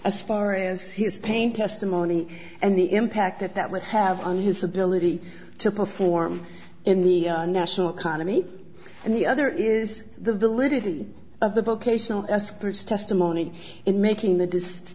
as far as his pain testimony and the impact that that would have on his ability to perform in the national economy and the other is the validity of the vocational as first testimony in making